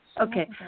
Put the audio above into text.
Okay